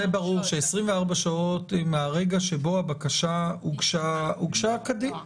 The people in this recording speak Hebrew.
ברור ש-24 שעות הן מרגע שבו הבקשה הוגשה כדין,